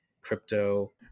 crypto